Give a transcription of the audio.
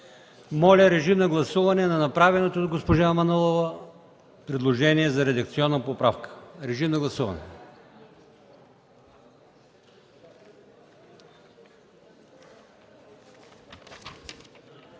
Моля, режим на гласуване за направеното от госпожа Манолова предложение за редакционна поправка в чл.